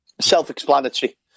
Self-explanatory